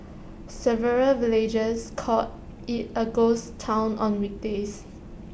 several villagers call IT A ghost Town on weekdays